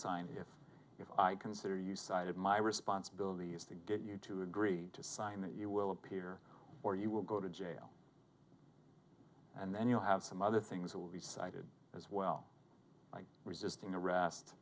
sign if if i consider you cited my responsibility is to get you to agree to sign that you will appear or you will go to jail and then you'll have some other things that will be cited as well like resisting arrest